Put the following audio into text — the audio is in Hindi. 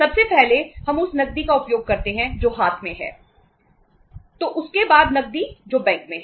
सबसे पहले हम उस नकदी का उपयोग करते हैं जो हाथ में है उसके बाद नकदी जो बैंक में है